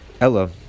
Ella